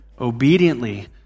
obediently